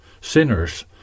sinners